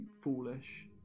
foolish